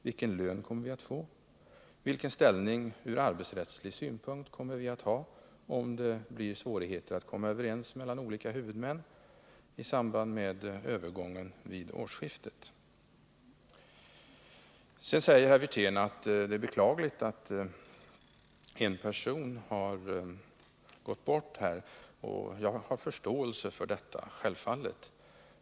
Vilken lön kommer vi att få? Vilken ställning ur arbetsrättslig synpunkt kommer vi att ha om det blir Nr 41 svårigheter för olika huvudmän att komma överens i samband med övergången vid årsskiftet? Sedan säger herr Wirtén att det är beklagligt att en person har gått bort, och jag har självfallet förståelse för detta.